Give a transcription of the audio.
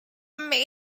may